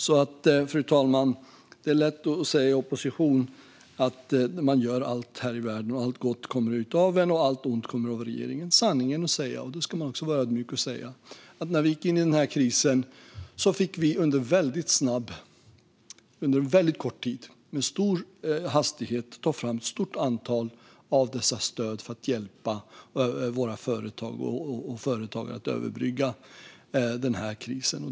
Det är lätt, fru talman, att i opposition säga att man gör allt här i världen och att allt gott kommer från en själv och allt ont kommer från regeringen. Sanningen är, och det kan man vara ödmjuk och säga, att när vi gick in i den här krisen fick vi under väldigt kort tid och med stor hastighet ta fram ett stort antal av dessa stöd för att hjälpa företag och företagare att överbrygga krisen.